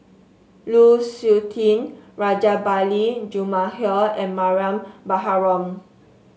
Lu Suitin Rajabali Jumabhoy and Mariam Baharom